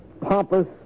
pompous